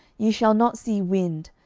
ye shall not see wind,